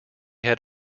had